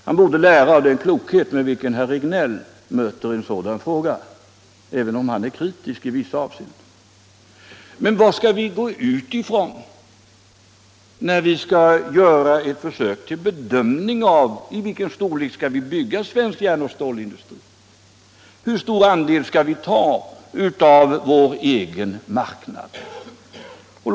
Han borde lära av den klokhet med vilken herr Regnéll möter en sådan fråga, även om herr Regnéll är kritisk i vissa avseenden. Men vad skall vi utgå från när vi skall göra ett försök till bedömning av frågorna: I vilken storlek skall vi bygga ut svensk järnoch stålindustri? Hur stor andel av vår egen marknad skall vi ta?